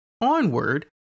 onward